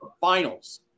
finals